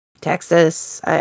Texas